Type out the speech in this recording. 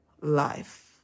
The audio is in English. life